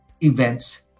events